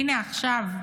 הינה עכשיו,